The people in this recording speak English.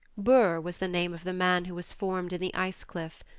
bur was the name of the man who was formed in the ice cliff,